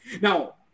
Now